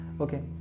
okay